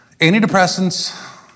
Antidepressants